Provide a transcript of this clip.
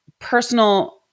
personal